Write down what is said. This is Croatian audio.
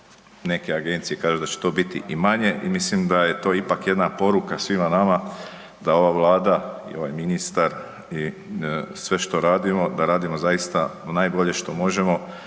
Neke agencije kažu da će to biti i manje i mislim da je to ipak jedna poruka svima nama da ova Vlada i ovaj ministar i sve što radimo, da radimo zaista najbolje što možemo